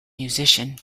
musician